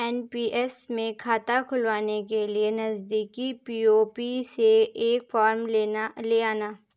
NPS में खाता खुलवाने के लिए नजदीकी पी.ओ.पी से एक फॉर्म ले आना